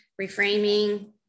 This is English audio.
reframing